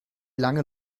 lange